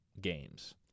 games